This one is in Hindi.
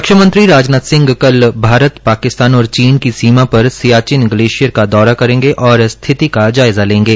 रक्षा मंत्री राजनाथ सिंह कल भारत पाकिस्तान और चीन सीमा पर सियाचिन ग्लेशियर का दौरा करेंगे और स्थिति का जायजा लेंगे